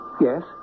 Yes